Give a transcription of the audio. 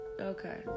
okay